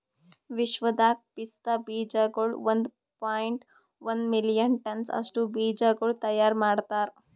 ವಿಶ್ವದಾಗ್ ಪಿಸ್ತಾ ಬೀಜಗೊಳ್ ಒಂದ್ ಪಾಯಿಂಟ್ ಒಂದ್ ಮಿಲಿಯನ್ ಟನ್ಸ್ ಅಷ್ಟು ಬೀಜಗೊಳ್ ತೈಯಾರ್ ಮಾಡ್ತಾರ್